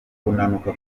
kunanuka